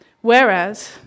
Whereas